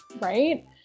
Right